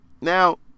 Now